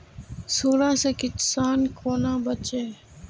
सुंडा से किसान कोना बचे?